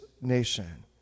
nation